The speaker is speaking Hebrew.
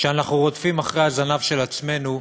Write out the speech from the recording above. כשאנחנו רודפים אחרי הזנב של עצמנו,